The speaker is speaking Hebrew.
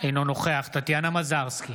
אינו נוכח טטיאנה מזרסקי,